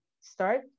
start